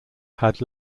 had